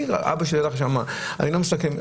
אבא שלי הלך שם, אני לא מסכם.